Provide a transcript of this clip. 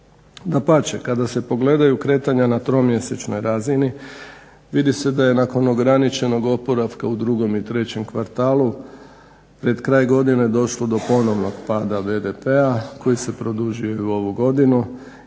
Dapače, kada se pogledaju kretanja na tromjesečnoj razini vidi se da je nakon ograničenog oporavka u drugom i trećem kvartalu pred kraj godine došlo do ponovnog pada BDP-a koji se produžio i u ovu godinu